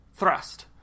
thrust